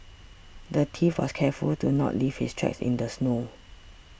the thief was careful to not leave his tracks in the snow